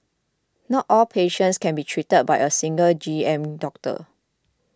not all patients can be treated by a single G M doctor